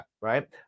Right